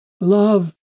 Love